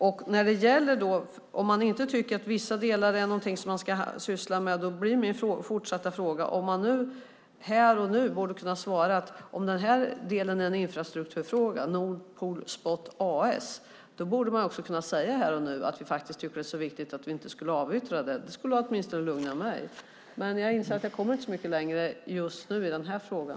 Om man inte tycker att vissa delar är något som man ska syssla med blir min fortsatta fråga om man här och nu inte borde kunna svara på om delen Nord Pool Spot AS är en infrastrukturfråga. Man borde kunna säga att man tycker att det är så viktigt att man inte ska avyttra det. Det skulle åtminstone lugna mig. Men jag inser att jag inte kommer så mycket längre just nu i den här frågan.